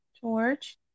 george